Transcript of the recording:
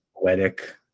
poetic